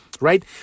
Right